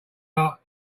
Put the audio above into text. art